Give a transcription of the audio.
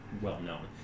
well-known